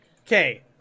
okay